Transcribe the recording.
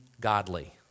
godly